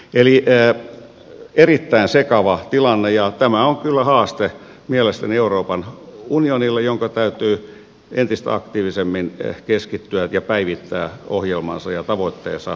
eli erittäin sekava tilanne ja tämä on kyllä haaste mielestäni euroopan unionille jonka täytyy entistä aktiivisemmin keskittyä ja päivittää ohjelmansa ja tavoitteensa tälle alueelle